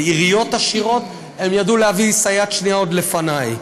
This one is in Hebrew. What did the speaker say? בעיריות עשירות הם ידעו להביא סייעת שנייה עוד לפני.